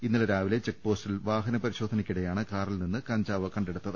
ഇന്നലെ രാവിലെ ചെക്ക്പോസ്റ്റിൽ വാഹന പരിശോധനയ്ക്കിടെയാണ് കാറിൽ നിന്ന് കഞ്ചാവ് കണ്ടെടുത്തത്